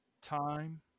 time